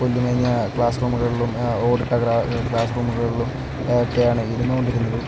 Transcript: പുല്ല് മേഞ്ഞ ക്ലാസ് റൂമുകളിലും ഓടിട്ട ക്ര ക്ലാസ് റൂമുകളിലും ഒക്കെയാണ് ഇരുന്നു കൊണ്ടിരുന്നത്